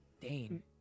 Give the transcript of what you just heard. Dane